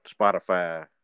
Spotify